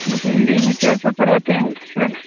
आप हिन्दी में क्या सब पढ़ाते हैं सर